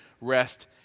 rest